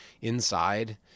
inside